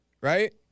right